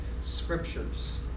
scriptures